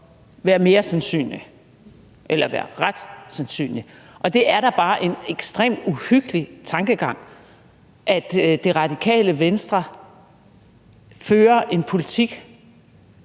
være mere sandsynlig, eller være ret sandsynlig. Og det er da bare en ekstremt uhyggelig tankegang, at Det Radikale Venstre fører en politik,